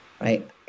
right